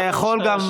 אתה תוכל,